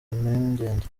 impungenge